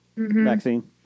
Vaccine